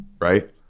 right